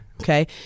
Okay